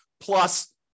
plus